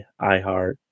iHeart